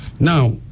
Now